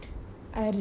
ஏன்:aen